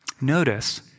Notice